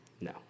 No